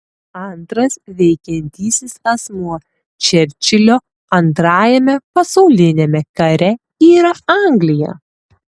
antras veikiantysis asmuo čerčilio antrajame pasauliniame kare yra anglija